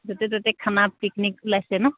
য'তে ত'তে খানা পিকনিক ওলাইছে ন